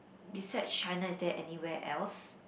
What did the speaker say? beside China is there anywhere else